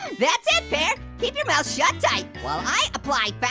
that's it, pear, keep your mouth shut tight while i apply